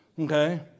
okay